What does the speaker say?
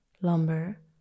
lumber